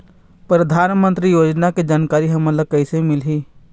परधानमंतरी योजना के जानकारी हमन ल कइसे मिलही?